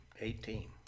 Eighteen